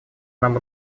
нам